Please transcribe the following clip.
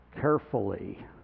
carefully